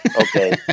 Okay